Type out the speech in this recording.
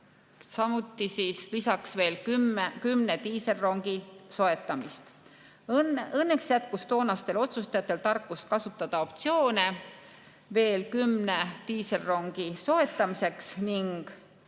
ja lisaks veel kümne diiselrongi soetamist. Õnneks jätkus toonastel otsustajatel tarkust kasutada optsioone veel kümne diiselrongi soetamiseks ning